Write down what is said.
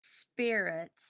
spirits